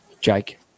Jake